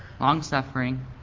long-suffering